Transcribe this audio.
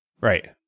Right